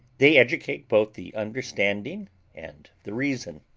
they educate both the understanding and the reason.